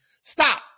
Stop